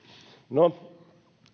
no